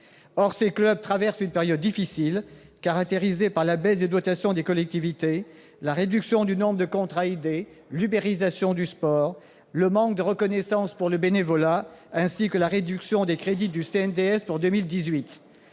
Or ces clubs traversent une période difficile, caractérisée par la baisse des dotations des collectivités, la réduction du nombre de contrats aidés, l'ubérisation du sport, le manque de reconnaissance pour le bénévolat, ainsi que la diminution en 2018 des crédits du Centre